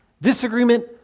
disagreement